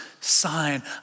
sign